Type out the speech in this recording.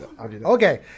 okay